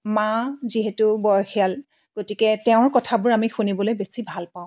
মা যিহেতু বয়সীয়াল গতিকে তেওঁৰ কথাবোৰ আমি শুনিবলৈ বেছি ভাল পাওঁ